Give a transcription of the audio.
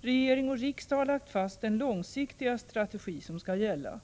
Regering och riksdag har lagt fast den långsiktiga strategi som skall gälla.